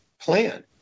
plan